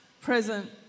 present